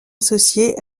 associée